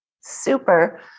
Super